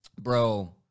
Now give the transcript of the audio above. bro